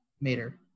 Mater